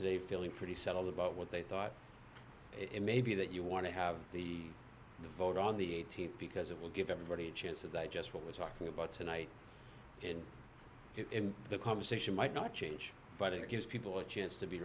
today feeling pretty settled about what they thought it may be that you want to have the vote on the th because it will give everybody a chance to digest what we're talking about tonight and in the conversation might not change but it gives people a chance to be